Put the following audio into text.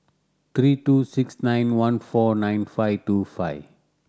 three two six nine one four nine five two five